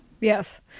Yes